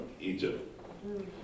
Egypt